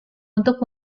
untuk